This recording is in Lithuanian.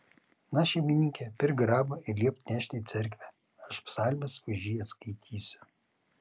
na šeimininke pirk grabą ir liepk nešti į cerkvę aš psalmes už jį atskaitysiu